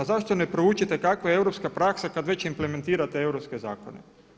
Zašto ne proučite kakva je europska praksa kad već implementirate europske zakone?